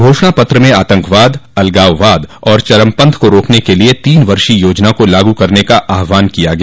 घोषणा पत्र में आतंकवाद अलगाववाद और चरमपंथ को रोकने के लिए तीन वर्षीय योजना को लागू करने का आहवान किया गया